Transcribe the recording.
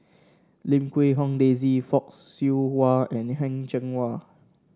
Lim Quee Hong Daisy Fock Siew Wah and the Heng Cheng Hwa